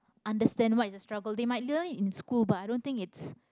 understand what is the struggle they might learn it in school but i don't think it's